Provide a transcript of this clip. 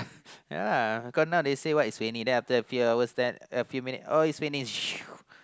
ya cause now they say what it's raining